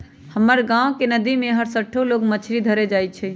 हमर गांव के नद्दी में हरसठ्ठो लोग मछरी धरे जाइ छइ